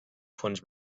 fons